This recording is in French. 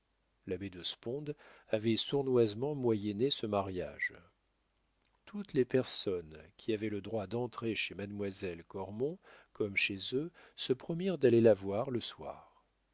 l'abbé de sponde avait sournoisement moyenné ce mariage toutes les personnes qui avaient le droit d'entrer chez mademoiselle cormon comme chez eux se promirent d'aller la voir le soir